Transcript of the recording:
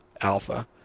Alpha